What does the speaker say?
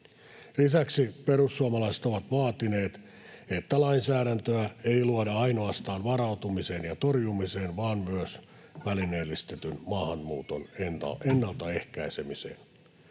Lisäksi perussuomalaiset ovat vaatineet, että lainsäädäntöä ei luoda ainoastaan varautumiseen ja torjumiseen vaan myös välineellistetyn maahanmuuton ennaltaehkäisemiseen.